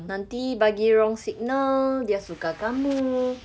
nanti bagi wrong signal dia suka kamu